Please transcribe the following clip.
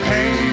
Hey